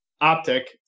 optic